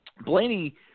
Blaney